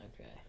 Okay